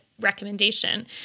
recommendation –